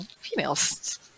females